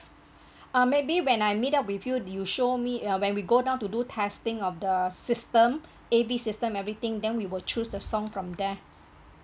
um maybe when I meet up with you you show me uh when we go down to do testing of the system A_V system everything then we would choose the song from there